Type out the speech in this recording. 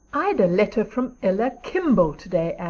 i'd a letter from ella kimball today,